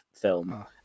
film